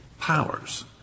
powers